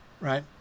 right